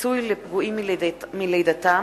פיצוי לפגועים מלידתם,